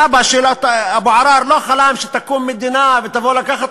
הסבא של אבו עראר לא חלם שתקום מדינה ותבואו לקחת